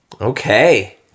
Okay